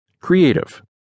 Creative